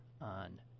on